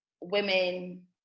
women